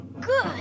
Good